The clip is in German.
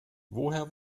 woher